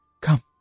Come